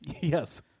Yes